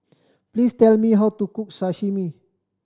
please tell me how to cook Sashimi